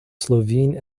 slovene